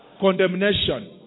condemnation